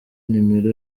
nimero